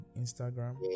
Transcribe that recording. instagram